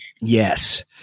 yes